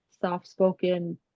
soft-spoken